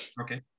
Okay